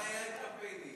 אין בעיה עם קמפיינים,